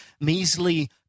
measly